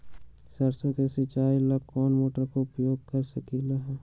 सरसों के सिचाई ला कोंन मोटर के उपयोग कर सकली ह?